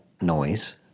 noise